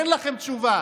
אין לכם תשובה.